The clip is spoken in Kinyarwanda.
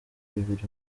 birori